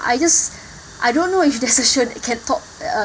I just I don't know if there's a show that can talk